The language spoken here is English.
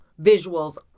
visuals